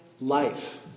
life